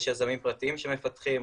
יש יזמים פרטיים שמפתחים,